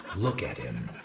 look at him.